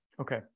Okay